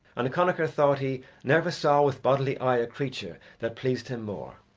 and connachar thought he never saw with bodily eye a creature that pleased him more.